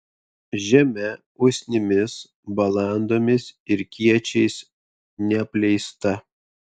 žemė usnimis balandomis ir kiečiais neapleista